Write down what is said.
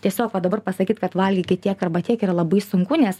tiesiog va dabar pasakyt kad valgykit tiek arba tiek yra labai sunku nes